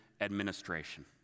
administration